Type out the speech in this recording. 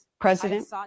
president